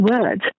words